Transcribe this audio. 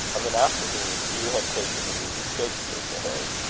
of an afternoon hugh had taken to reading shakspere to harry.